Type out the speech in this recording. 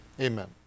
Amen